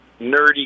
nerdy